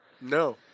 No